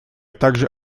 также